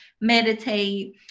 meditate